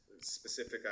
specific